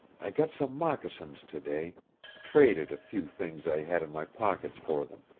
i got some moccasins to-day traded a few things i had in my pockets for them.